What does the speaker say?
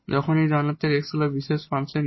যখন এই ডান হাতের x হল পার্টিকুলার ফাংশন 𝑒